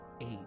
eight